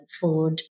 food